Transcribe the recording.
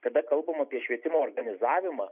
kada kalbam apie švietimo organizavimą